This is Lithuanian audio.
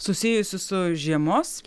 susijusi su žiemos